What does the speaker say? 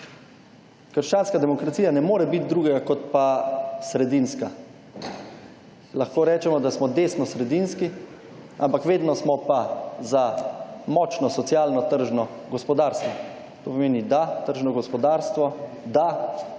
Krščanska demokracije ne more biti drugega kot pa sredinska. Lahko rečemo, da smo desnosredinski, ampak vedno smo pa za močno socialno, tržno gospodarstvo. To pomeni da tržno gospodarstvo, da